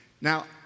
Now